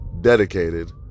dedicated